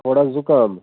تھوڑا زُکام